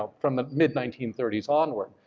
ah from the mid nineteen thirty s onward,